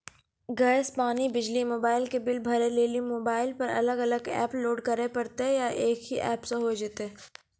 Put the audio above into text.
Gas, पानी, बिजली, mobile के बिल भरे लेली मोबाइल पर अलग अलग एप्प लोड करे परतै या एक ही एप्प से होय जेतै?